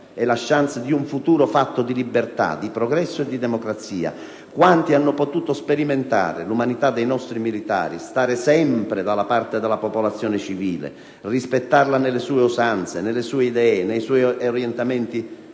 e la *chance* di un futuro fatto di libertà, di progresso e di democrazia! Quanti hanno potuto sperimentare l'umanità dei nostri militari: stare sempre dalla parte della popolazione civile, rispettarla nelle sue usanze, nelle sue idee, nei suoi orientamenti